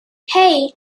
hey